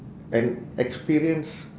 and experience